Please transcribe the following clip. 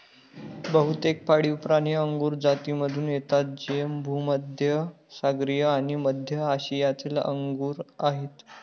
बहुतेक पाळीवप्राणी अंगुर जातीमधून येतात जे भूमध्य सागरीय आणि मध्य आशियातील अंगूर आहेत